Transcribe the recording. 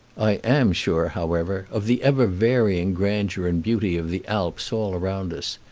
i am sure, however, of the ever-varying grandeur and beauty of the alps all round us.